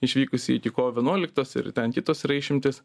išvykusi iki kovo vienuoliktos ir ten kitos yra išimtys